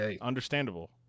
understandable